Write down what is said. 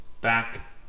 Back